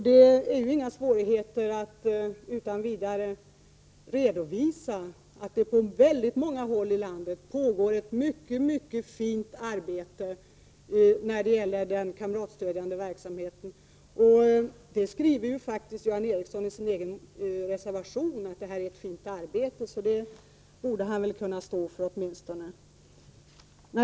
Det är inte svårt att utan vidare redovisa att det på väldigt många håll i landet pågår ett mycket fint arbete när det gäller kamratstödjande verksamhet. Göran Ericsson skriver faktiskt i sin egen reservation att detta är ett fint arbete, och det borde han väl kunna stå för.